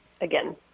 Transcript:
again